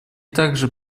также